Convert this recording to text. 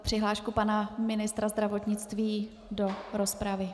Přihlášku pana ministra zdravotnictví do rozpravy.